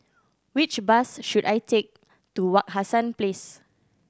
which bus should I take to Wak Hassan Place